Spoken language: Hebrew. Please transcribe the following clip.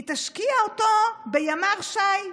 היא תשקיע אותו בימ"ר ש"י,